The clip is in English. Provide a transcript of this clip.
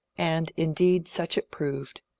and indeed such it proved.